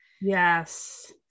Yes